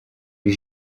com